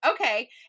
okay